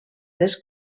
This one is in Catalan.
les